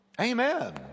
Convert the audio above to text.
amen